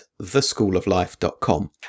theschooloflife.com